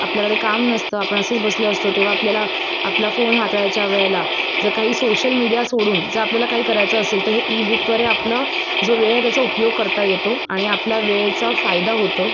आपल्याकडे काम नसतं आपण असेच बसले असतो तेव्हा आपल्याला आपला फोन हातळायच्या वेळेला जर काही सोशल मीडिया सोडून ज आपल्याला काही करायचं असेल तर हे ईबुकद्वारे आपलं जो वेळ त्याचा उपयोग करता येतो आणि आपला वेळेचा फायदा होतो